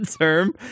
term